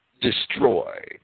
destroyed